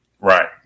Right